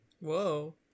Whoa